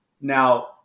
now